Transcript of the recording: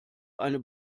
eine